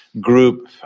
group